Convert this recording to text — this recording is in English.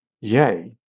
Yay